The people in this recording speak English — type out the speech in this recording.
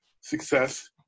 success